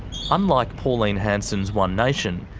unlike pauline hanson's one nation,